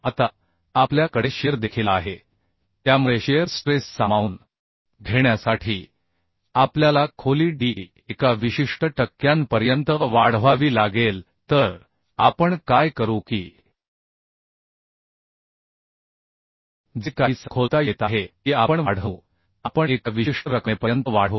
आता आपल्या कडे शिअर देखील आहे त्यामुळे शिअर स्ट्रेस सामावून घेण्यासाठी आपल्याला खोली D एका विशिष्ट टक्क्यांपर्यंत वाढवावी लागेल तर आपण काय करू की जे काही सखोलता येत आहे ती आपण वाढवू आपण एका विशिष्ट रकमेपर्यंत वाढवू